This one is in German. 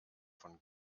von